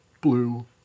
blue